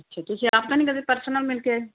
ਅੱਛਾ ਤੁਸੀਂ ਆਪ ਤਾਂ ਨਹੀਂ ਕਦੇ ਪਰਸਨਲ ਮਿਲ ਕੇ ਆਏ